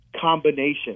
combination